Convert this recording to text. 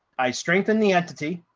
i strengthen the entity,